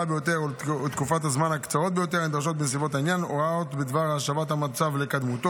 אודות האמצעים שננקטים במסגרת ההסמכה על הסכנה הגלומה